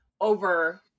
over